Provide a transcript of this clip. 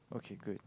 okay good